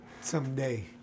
someday